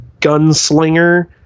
gunslinger